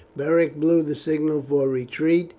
beric blew the signal for retreat,